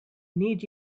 need